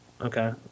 Okay